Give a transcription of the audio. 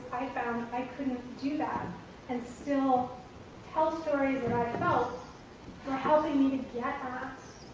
i found i couldn't do that and still tell stories that i felt were helping me to get um that,